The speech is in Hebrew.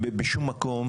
ובראשם משרד המשפטים.